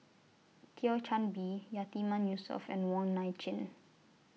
Thio Chan Bee Yatiman Yusof and Wong Nai Chin